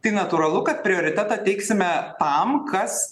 tai natūralu kad prioritetą teiksime tam kas